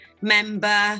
member